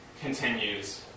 continues